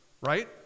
right